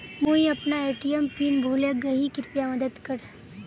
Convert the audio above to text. मुई अपना ATM PIN भूले गही कृप्या मदद कर